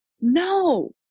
No